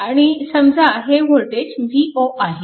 आणि समजा हे वोल्टेज v0 आहे